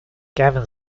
gavin